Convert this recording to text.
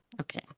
Okay